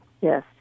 Yes